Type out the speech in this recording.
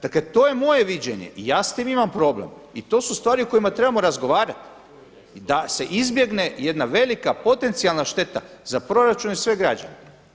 Dakle, to je moje viđenje i ja s tim imam problem i to su stvari o kojima trebamo razgovarati da se izbjegne jedna velika potencijalna šteta za proračun i sve građane.